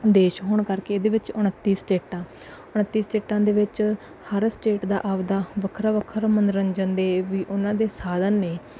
ਦੇਸ਼ ਹੋਣ ਕਰਕੇ ਇਹਦੇ ਵਿੱਚ ਉਨੱਤੀ ਸਟੇਟਾਂ ਉਨੱਤੀ ਸਟੇਟਾਂ ਦੇ ਵਿੱਚ ਹਰ ਸਟੇਟ ਦਾ ਆਪਦਾ ਵੱਖਰਾ ਵੱਖਰਾ ਮਨੋਰੰਜਨ ਦੇ ਵੀ ਉਹਨਾਂ ਦੇ ਸਾਧਨ ਨੇ